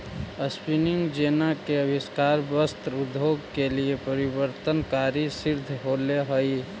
spinning jenny के आविष्कार वस्त्र उद्योग के लिए परिवर्तनकारी सिद्ध होले हई